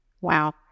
Wow